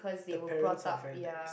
the parents are very lax